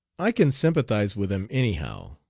i can sympathize with him anyhow.